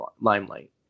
limelight